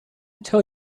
tell